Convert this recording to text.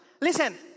Listen